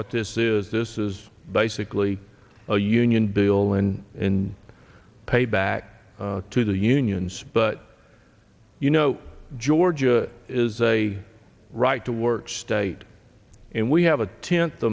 what this is this is basically a union bill and in payback to the unions but you know georgia is a right to work state and we have a